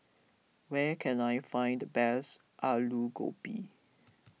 where can I find the best Alu Gobi